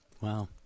Wow